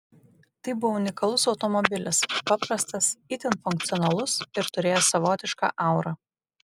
tai buvo unikalus automobilis paprastas itin funkcionalus ir turėjęs savotišką aurą